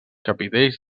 capitells